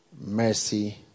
mercy